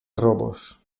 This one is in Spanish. robos